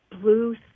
blue